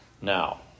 Now